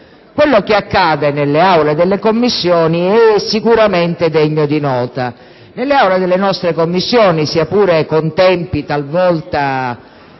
quello che accade nelle aule delle Commissioni è sicuramente degno di nota: nelle aule delle nostre Commissioni, sia pure con tempi talvolta